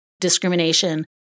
discrimination